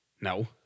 No